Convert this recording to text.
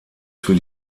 für